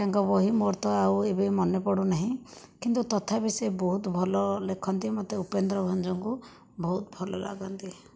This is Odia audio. ତାଙ୍କ ବହି ମୋର ତ ଆଉ ଏବେ ମନେ ପଡ଼ୁ ନାହିଁ କିନ୍ତୁ ତଥାପି ସେ ବହୁତ ଭଲ ଲେଖନ୍ତି ମୋତେ ଉପେନ୍ଦ୍ର ଭଞ୍ଜଙ୍କୁ ବହୁତ ଭଲ ଲାଗନ୍ତି